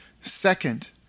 Second